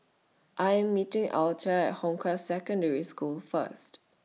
I Am meeting Alta At Hong Kah Secondary School First